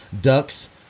ducks